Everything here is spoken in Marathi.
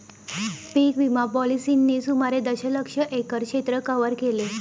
पीक विमा पॉलिसींनी सुमारे दशलक्ष एकर क्षेत्र कव्हर केले